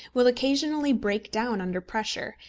will occasionally break down under pressure,